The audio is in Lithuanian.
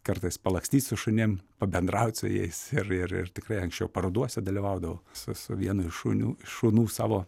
kartais palakstyt su šunim pabendraut su jais ir ir tikrai anksčiau parodose dalyvaudavau su su vienu iš šunių šunų savo